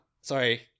Sorry